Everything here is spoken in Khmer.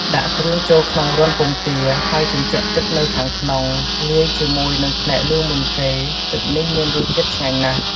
ដាក់គ្រឿងចូលក្នុងរន្ធពងទា ហើយជញ្ជក់ទឹកនៅខាងក្នុង លាយជាមួយនឹងផ្នែកលឿងមុនគេ ទឹកនេះមានរសជាតិឆ្ងាញ់ណាស់។